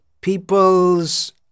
people's